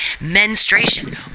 Menstruation